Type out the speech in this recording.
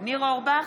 ניר אורבך,